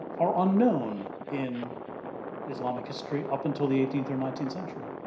are unknown in islamic history up until the eighteenth or nineteenth century.